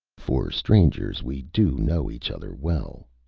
for strangers, we do know each other well.